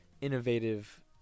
innovative